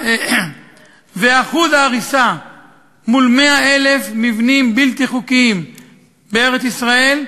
ואחוז ההריסה מול 100,000 מבנים בלתי חוקיים בארץ-ישראל,